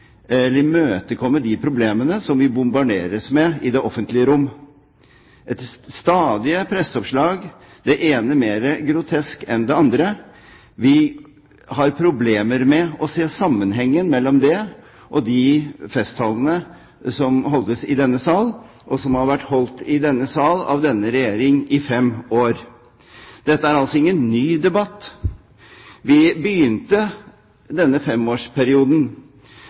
problemene som vi bombarderes med i det offentlige rom. Vi har problemer med å se sammenhengen mellom de stadige presseoppslagene – det ene mer grotesk enn det andre – og de festtalene som holdes i denne sal, og som har vært holdt i denne sal av denne regjering i fem år. Dette er altså ingen ny debatt. Vi begynte denne femårsperioden